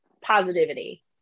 positivity